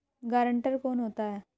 Guarantor कौन होता है?